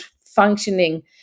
functioning